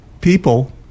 people